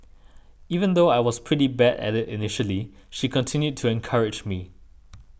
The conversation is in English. even though I was pretty bad at it initially she continued to encourage me